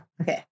Okay